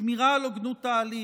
שמירה על הוגנות ההליך,